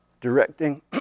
directing